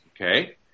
Okay